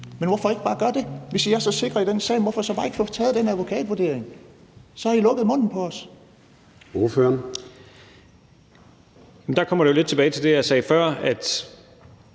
Men hvorfor ikke bare gøre det? Hvis I er så sikre i den sag, hvorfor så ikke bare få taget den advokatvurdering? Så har I lukket munden på os.